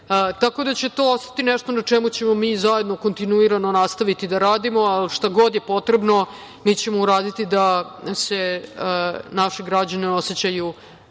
će ostati nešto na čemu ćemo mi zajedno kontinuirano nastaviti da radimo, a šta god je potrebno mi ćemo uraditi da se naši građani osećaju